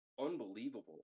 unbelievable